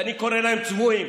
ואני קורא להם צבועים.